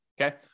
okay